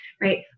Right